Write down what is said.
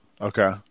Okay